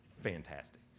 Fantastic